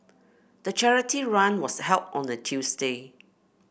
the charity run was held on a Tuesday